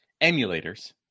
emulators